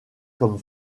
comme